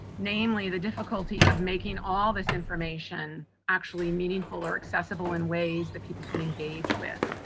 namely, the difficulty of making all this information actually meaningful or accessible in ways that people can engage with.